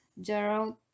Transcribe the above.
Gerald